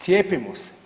Cijepimo se.